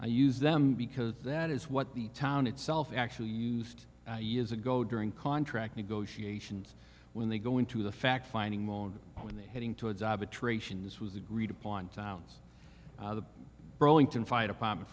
i use them because that is what the town itself actually used years ago during contract negotiations when they go into the fact finding moan when they're heading towards a betray sions was agreed upon towns the burlington fire department